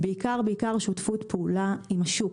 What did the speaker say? בעיקר שותפות הפעולה עם השוק.